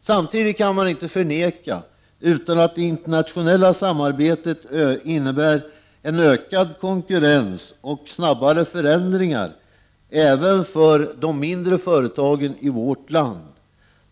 Samtidigt kan man inte förneka att det internationella samarbetet innebär en ökad konkurrens och snabbare förändringar även för de mindre företagen i vårt land.